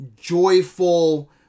joyful